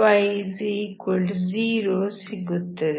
2y y0 ಸಿಗುತ್ತದೆ